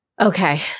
Okay